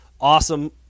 awesome